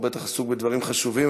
הוא בטח עסוק בדברים חשובים,